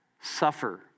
suffer